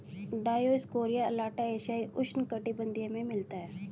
Dioscorea alata एशियाई उष्णकटिबंधीय में मिलता है